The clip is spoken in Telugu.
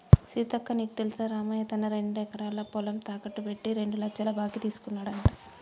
సీతక్క నీకు తెల్సా రామయ్య తన రెండెకరాల పొలం తాకెట్టు పెట్టి రెండు లచ్చల బాకీ తీసుకున్నాడంట